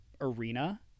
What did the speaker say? arena